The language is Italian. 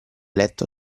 letto